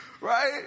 Right